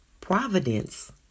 providence